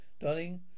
Darling